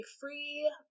free